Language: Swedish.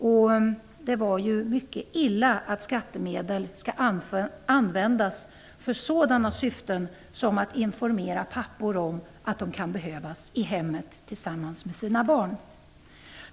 Det är tydligen mycket illa att skattemedel används för sådana syften som att informera pappor om att de kan behövas i hemmen tillsammans med sina barn.